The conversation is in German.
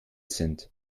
sind